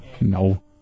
No